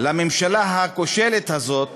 לממשלה הכושלת הזאת